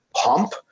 pump